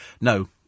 No